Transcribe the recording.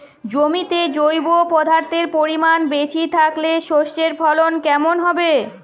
জমিতে জৈব পদার্থের পরিমাণ বেশি থাকলে শস্যর ফলন কেমন হবে?